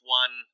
one